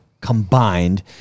combined